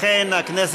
לכן,